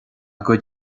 gcuid